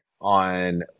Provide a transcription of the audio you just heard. on